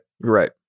right